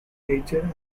nature